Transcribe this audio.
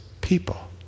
people